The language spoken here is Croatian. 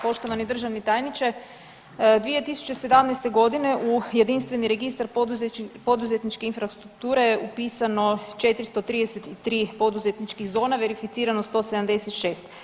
Poštovani državni tajniče, 2017. godine u jedinstveni registar poduzetničke infrastrukture je upisano 433 poduzetničkih zona, verificirano 176.